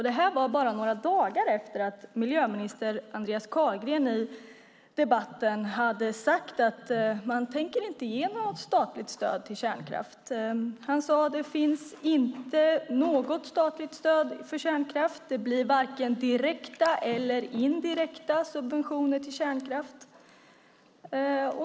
Detta var bara några dagar efter att miljöminister Andreas Carlgren i debatten hade sagt att man inte tänker ge något statligt stöd till kärnkraft. Han sade att det inte finns något statligt stöd till kärnkraft och att det inte blir vare sig direkta eller indirekta subventioner till kärnkraft.